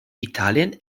italien